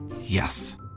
yes